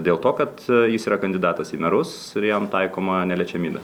dėl to kad jis yra kandidatas į merus ir jam taikoma neliečiamybė